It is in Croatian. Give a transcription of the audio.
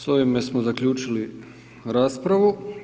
S ovime smo zaključili raspravu.